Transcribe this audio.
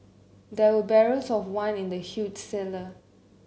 there were barrels of wine in the huge cellar